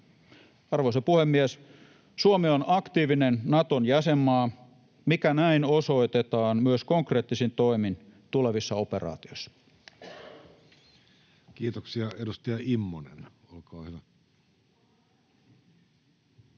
Arvoisa puhemies! Suomi on aktiivinen Naton jäsenmaa, mikä näin osoitetaan myös konkreettisin toimin tulevissa operaatioissa. Kiitoksia. — Edustaja Immonen,